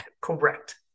Correct